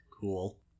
Cool